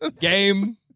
Game